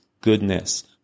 goodness